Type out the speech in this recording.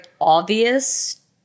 obvious